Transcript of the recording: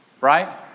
right